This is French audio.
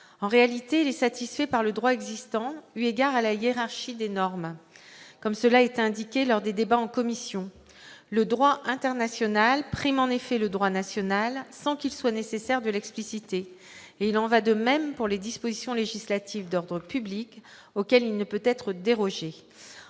En réalité, il est satisfait par le droit existant eu égard à la hiérarchie des normes, comme cela a été indiqué lors des débats en commission. Le droit international prime en effet le droit national sans qu'il soit nécessaire de l'expliciter, et il en va de même pour les dispositions législatives d'ordre public, auxquelles il ne peut pas être dérogé.